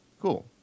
Cool